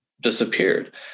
disappeared